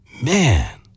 Man